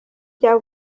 jya